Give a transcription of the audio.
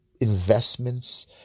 investments